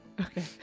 Okay